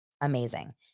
amazing